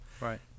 right